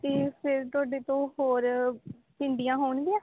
ਅਤੇ ਫਿਰ ਤੁਹਾਡੇ ਤੋਂ ਹੋਰ ਭਿੰਡੀਆਂ ਹੋਣਗੀਆਂ